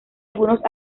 algunos